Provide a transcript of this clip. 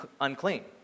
unclean